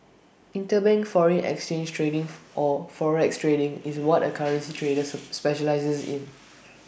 interbank foreign exchange trading or forex trading is what A currency trader specialises in